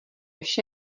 vše